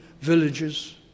villages